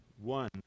one